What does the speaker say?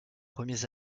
premiers